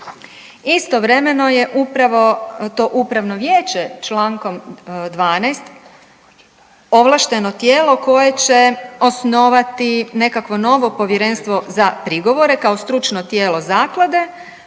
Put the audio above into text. Istovremeno je upravo to upravno vijeće Člankom 12. ovlašteno tijelo koje će osnovati nekakvo novo povjerenstvo za prigovore kao stručno tijelo zaklade